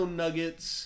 nuggets